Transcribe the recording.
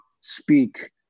speak